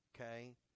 okay